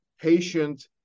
patient